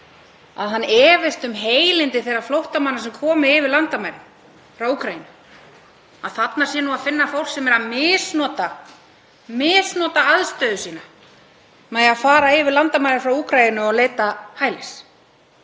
að hann efist um heilindi þeirra flóttamanna sem komu yfir landamærin frá Úkraínu, að þarna sé að finna fólk sem sé að misnota aðstöðu sína með því fara yfir landamæri frá Úkraínu og leita hælis,